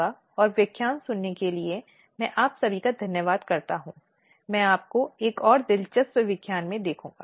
इसलिए अगले व्याख्यान में मैं यौन उत्पीड़न अधिनियम 2013 के संदर्भ में आंतरिक अनुपालन समिति की जिम्मेदारियों के साथ जारी रखूंगी